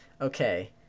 Okay